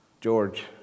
George